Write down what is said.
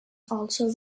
also